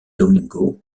domingo